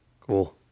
Cool